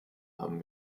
haben